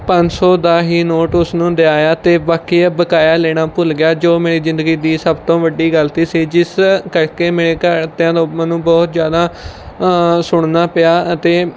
ਪੰਜ ਸੌ ਦਾ ਹੀ ਨੋਟ ਉਸਨੂੰ ਦੇ ਆਇਆ ਅਤੇ ਬਾਕੀ ਬਕਾਇਆ ਲੈਣਾ ਭੁੱਲ ਗਿਆ ਜੋ ਮੇਰੀ ਜ਼ਿੰਦਗੀ ਦੀ ਸਭ ਤੋਂ ਵੱਡੀ ਗਲਤੀ ਸੀ ਜਿਸ ਕਰਕੇ ਮੇਰੇ ਘਰਦਿਆਂ ਤੋਂ ਮੈਨੂੰ ਬਹੁਤ ਜ਼ਿਆਦਾ ਸੁਣਨਾ ਪਿਆ ਅਤੇ